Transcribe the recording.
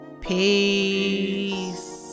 peace